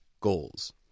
goals